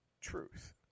truth